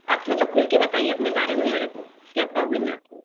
आप थोड़ा खुल के बताइए अपने बारे में मेरे को क्या प्रॉब्लम है आपको